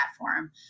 platform